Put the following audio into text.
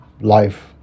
life